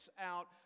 out